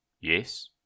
Yes